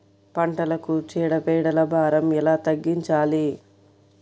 పంటలకు చీడ పీడల భారం ఎలా తగ్గించాలి?